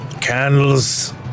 Candles